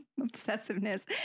obsessiveness